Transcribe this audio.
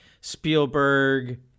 Spielberg